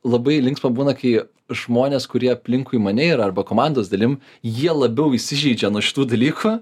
labai linksma būna kai žmonės kurie aplinkui mane yra arba komandos dalim jie labiau įsižeidžia nuo šitų dalykų